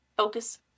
Focus